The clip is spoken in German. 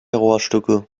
rohrstücke